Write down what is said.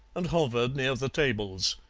and hovered near the tables.